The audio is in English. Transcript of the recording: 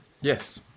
Yes